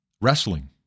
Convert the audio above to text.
wrestling